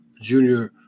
junior